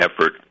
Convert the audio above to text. effort